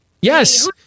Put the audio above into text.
Yes